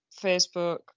Facebook